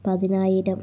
പതിനായിരം